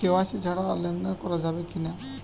KYC ছাড়া লেনদেন করা যাবে কিনা?